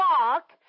walk